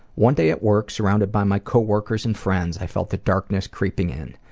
one day at work, surrounded by my coworkers and friends, i felt the darkness creeping in.